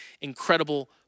incredible